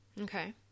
Okay